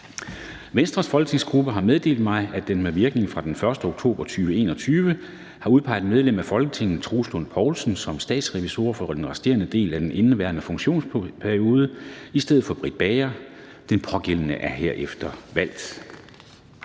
Venstres folketingsgruppe har meddelt mig, at den med virkning fra den 1. oktober 2021 har udpeget medlem af Folketinget Troels Lund Poulsen som statsrevisor for den resterende del af indeværende funktionsperiode i stedet for Britt Bager. Den pågældende er herefter valgt.